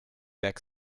back